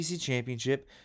championship